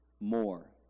more